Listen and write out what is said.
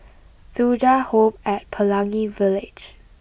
Thuja Home at Pelangi Village